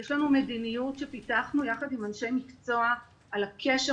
- יש לנו מדיניות שפיתחנו יחד עם אנשי מקצוע על הקשר